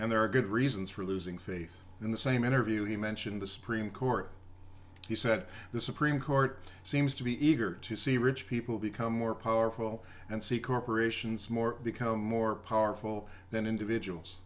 and there are good reasons for losing faith in the same interview he mentioned the supreme court he said the supreme court seems to be eager to see rich people become more powerful and see corporations more become more powerful than individuals